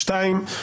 "2.